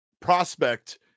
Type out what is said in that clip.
prospect